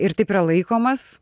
ir taip yra laikomas